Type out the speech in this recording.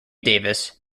davis